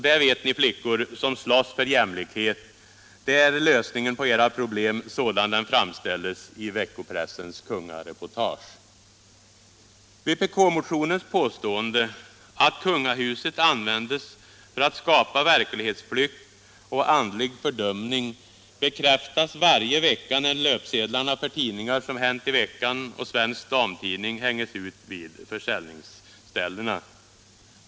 Där ser ni, flickor, som slåss för jämlikhet — det är lösningen på era problem enligt veckopressens kungareportage! Vpk-motionens påstående att kungahuset används för att skapa verklighetsflykt och fördumning bekräftas varje vecka när löpsedlarna för tidningar som Hänt i Veckan och Svensk Damtidning hängs ut vid försäljningsställena.